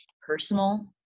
personal